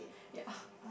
ya